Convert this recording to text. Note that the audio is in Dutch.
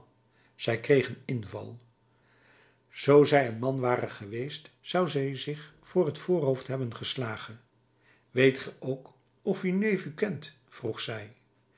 zij kreeg een inval zoo zij een man ware geweest zou zij zich voor het voorhoofd hebben geslagen weet ge ook of neef u kent vroeg zij